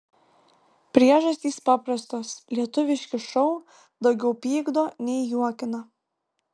priežastys paprastos lietuviški šou daugiau pykdo nei juokina